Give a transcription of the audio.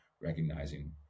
recognizing